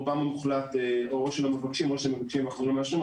רובם המוחלט או שלא מבקשים או שמבקשים ואנחנו לא מאשרים.